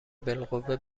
بالقوه